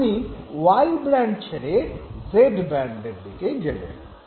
আপনি Y brand ছেড়ে Z ব্র্যান্ডের দিকে গেলেন